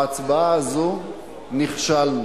בהצבעה הזו נכשלנו.